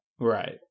right